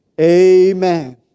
Amen